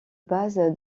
base